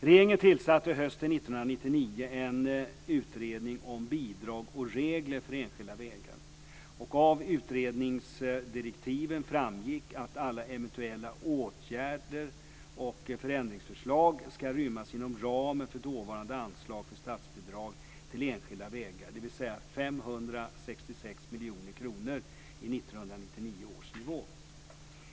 Regeringen tillsatte hösten 1999 en utredning om bidrag och regler för enskilda vägar. Av utredningsdirektiven framgick att alla eventuella åtgärder och förändringsförslag ska rymmas inom ramen för dåvarande anslag för statsbidrag till enskilda vägar, dvs. 566 miljoner kronor i 1999 års nivå.